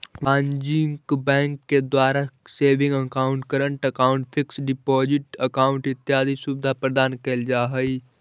वाणिज्यिक बैंकिंग के द्वारा saving account, current account, fix deposit account इत्यादि सुविधा प्रदान कैल जा हइ